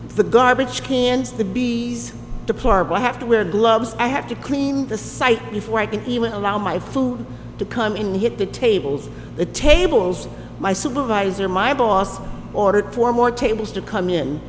the garbage cans the be deplorable i have to wear gloves i have to clean the site before i can even allow my food to come in yet the tables the tables my supervisor my boss ordered four more tables to come in